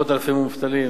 מאות אלפים מובטלים.